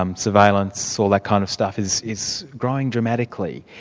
um surveillance, all that kind of stuff, is is growing dramatically.